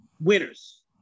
winners